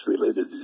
related